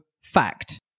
Fact